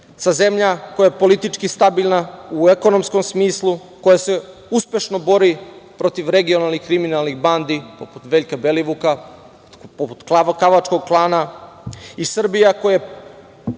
zemlja koja je politički stabilna u ekonomskom smislu, koja se uspešno bori protiv regionalnih kriminalnih bandi poput Veljka Belivuka, poput kavačkog klana i Srbija koja se